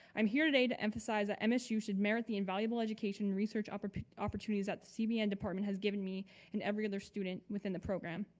i'm here today to emphasize that msu should merit the invaluable education research but opportunities that cbn department has given me and every other student within the program.